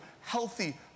healthy